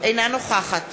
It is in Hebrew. אינה נוכחת